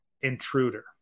Intruder